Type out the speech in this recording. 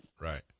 right